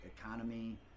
economy